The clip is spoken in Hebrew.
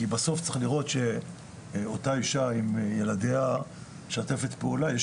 כי בסוף צריך לראות שאותה אישה עם ילדיה משתפת פעולה.